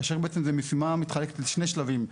כאשר בעצם זה משימה מתחלקת לשני שלבים.